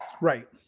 Right